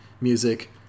Music